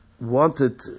wanted